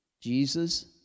jesus